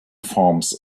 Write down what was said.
forms